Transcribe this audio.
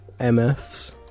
MFs